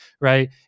right